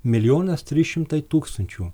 milijonas trys šimtai tūkstančių